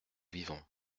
vivons